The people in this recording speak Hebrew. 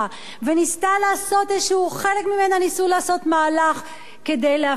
וחלק ממנה ניסו לעשות מהלך כדי להפיח בה